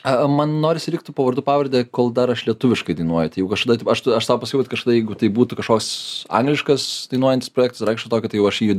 a man norisi likti po vardu pavarde kol dar aš lietuviškai dainuoju tai jau kažkada tipo aš aš sau pasakiau vat kažkada jeigu tai būtų kažkoks angliškas dainuojantis projektas ir aišku to kad tai jau aš jį